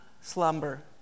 slumber